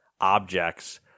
objects